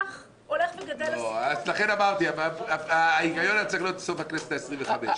כך גדל הסיכון- -- לכן אמרתי שההיגיון היה אמור להיות הכנסת ה-25.